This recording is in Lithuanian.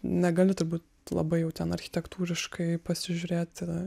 negali turbūt labai jau ten architektūriškai pasižiūrėt